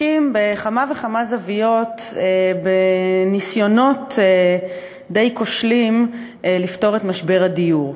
עוסקים בכמה וכמה זוויות בניסיונות די כושלים לפתור את משבר הדיור.